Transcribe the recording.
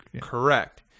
Correct